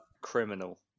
criminal